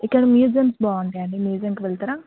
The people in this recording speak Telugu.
ఇక్కడ మ్యూజియంస్ బాగుంటాయి అండి మ్యూజియంకి వెళ్తారా